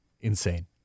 Insane